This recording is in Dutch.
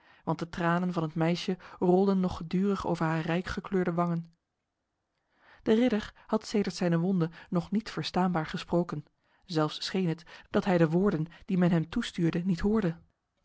want de tranen van het meisje rolden nog gedurig over haar rijkgekleurde wangen de ridder had sedert zijn wonde nog niet verstaanbaar gesproken zelfs scheen het dat hij de woorden die men hem toestuurde niet hoorde